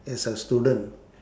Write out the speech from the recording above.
as a student